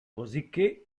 cosicché